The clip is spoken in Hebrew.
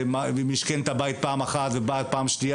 בגלל